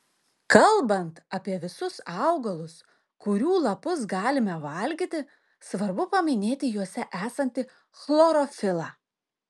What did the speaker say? kalbant apie visus augalus kurių lapus galime valgyti svarbu paminėti juose esantį chlorofilą